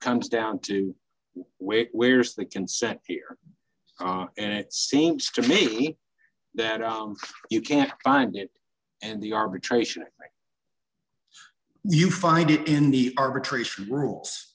comes down to wit where's the consent here and it seems to me that angst you can't find it and the arbitration you find it in the arbitration rules